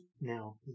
now